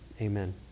Amen